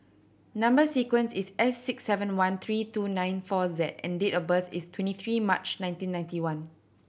number sequence is S six seven one three two nine four Z and date of birth is twenty three March nineteen ninety one